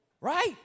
right